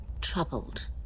Troubled